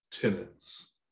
Tenants